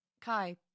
Kai